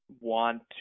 want